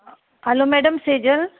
hello madam Sejal